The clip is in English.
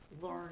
learn